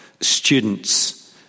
students